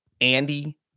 Andy